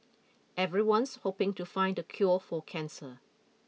everyone's hoping to find the cure for cancer